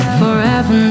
forever